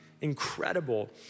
incredible